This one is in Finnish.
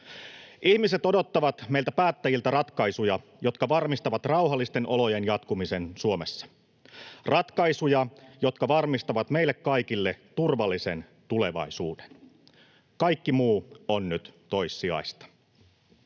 Ihmiset odottavat meiltä päättäjiltä ratkaisuja, jotka varmistavat rauhallisten olojen jatkumisen Suomessa, ratkaisuja, jotka varmistavat meille kaikille turvallisen tulevaisuuden. Kaikki muu on nyt toissijaista.